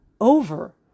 over